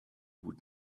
would